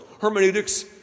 Hermeneutics